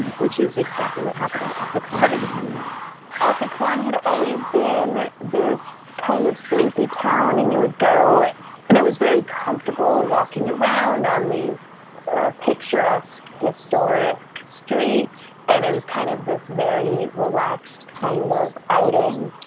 which is exactly what happened in occoquan yeah ah occoquan had always been this kind of sleepy town and you would go and it was very comfortable walking around on these ah picturesque historic streets and it was kind of this very relaxed kind of outing.